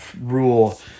rule